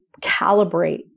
calibrate